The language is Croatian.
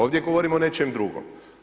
Ovdje govorimo o nečem drugom.